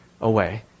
away